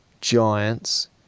giants